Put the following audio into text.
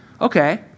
okay